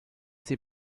sie